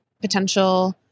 potential